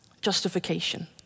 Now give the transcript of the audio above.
Justification